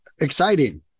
exciting